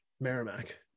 Merrimack